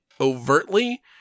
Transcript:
overtly